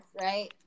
right